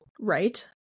right